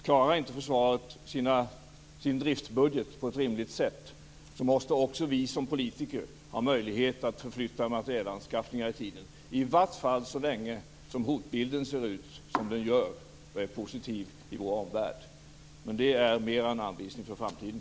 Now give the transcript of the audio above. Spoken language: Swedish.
Klarar inte försvaret sin driftsbudget på ett rimligt sätt måste också vi som politiker ha möjlighet att förflytta materielanskaffningar i tiden, åtminstone så länge hotbilden ser ut som den gör, dvs. är positiv, i vår omvärld. Detta är dock mer en anvisning för framtiden.